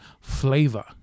flavor